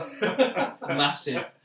Massive